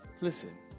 listen